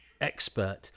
expert